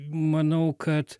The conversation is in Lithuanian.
manau kad